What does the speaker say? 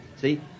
See